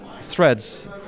threads